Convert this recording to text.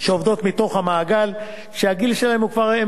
שעובדות מתוך המעגל, שהגיל שלהן הוא כבר,